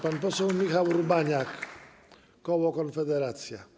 Pan poseł Michał Urbaniak, koło Konfederacja.